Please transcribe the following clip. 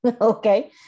okay